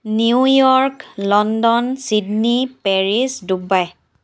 new York London Sydney Paris Dubai